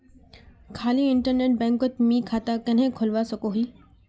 खाली इन्टरनेट बैंकोत मी खाता कन्हे खोलवा सकोही?